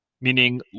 meaning